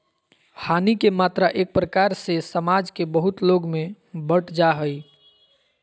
हानि के मात्रा एक प्रकार से समाज के बहुत लोग में बंट जा हइ